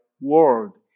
world